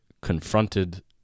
confronted